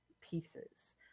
pieces